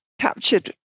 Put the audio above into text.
captured